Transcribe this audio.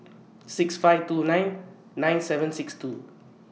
six five two nine nine seven six two